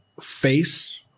Face